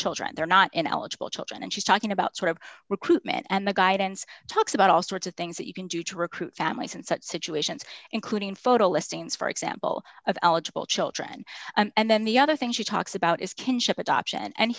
children they're not ineligible children and she's talking about sort of recruitment and the guidance talks about all sorts of things that you can do to recruit families in such situations including photo listings for example of eligible children and then the other thing she talks about is kinship adoption and